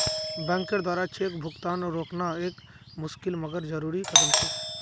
बैंकेर द्वारा चेक भुगतान रोकना एक मुशिकल मगर जरुरी कदम छे